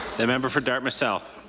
the member for dartmouth south.